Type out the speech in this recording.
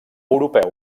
europeu